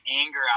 anger